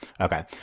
okay